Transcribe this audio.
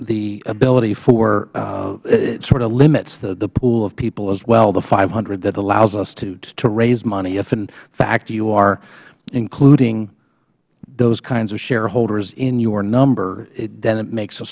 the ability for it sort of limits the pool of people as well the five hundred that allows us to raise money if in fact you are including those kinds of shareholders in your number then it makes a